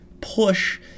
push